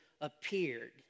appeared